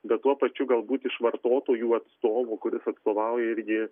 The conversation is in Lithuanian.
bet tuo pačiu galbūt iš vartotojų atstovų kuris atstovauja irgi